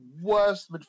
worst